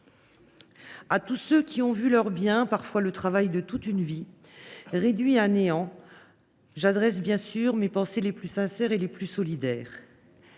À tous ceux qui ont vu leurs biens et parfois le travail de toute une vie réduits à néant, j’adresse mes pensées les plus sincères et solidaires.